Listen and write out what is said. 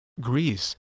Greece